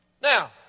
Now